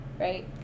right